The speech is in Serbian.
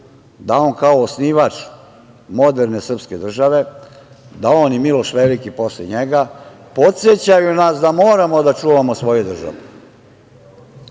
da on kao osnivač moderne srpske države, da on i Miloš Veliki posle njega podsećaju nas da moramo da čuvamo svoju državu. Srpska